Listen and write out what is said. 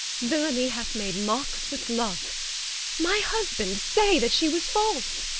villainy hath made mocks with love my husband say that she was false!